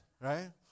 Right